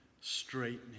straightening